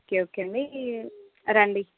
ఒకే okay అండీ రండి